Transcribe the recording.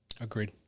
Agreed